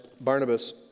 Barnabas